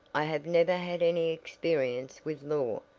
i have never had any experience with law.